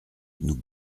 nous